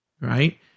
Right